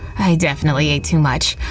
i definitely ate too much!